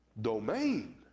domain